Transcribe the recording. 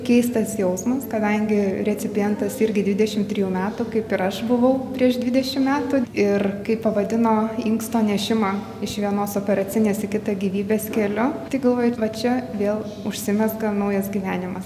keistas jausmas kadangi recipientas irgi dvidešim trijų metų kaip ir aš buvau prieš dvidešim metų ir kaip pavadino inksto nešimą iš vienos operacinės į kitą gyvybės keliu tai galvoju va čia vėl užsimezga naujas gyvenimas